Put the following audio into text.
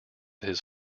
his